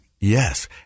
yes